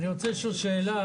הוא לא יכול להעסיק אותו בלי זה.